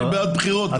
אני בעד בחירות.